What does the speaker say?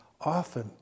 Often